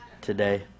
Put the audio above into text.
today